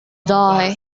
die